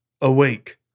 awake